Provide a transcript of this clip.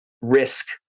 risk